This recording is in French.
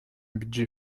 budget